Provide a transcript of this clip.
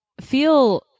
feel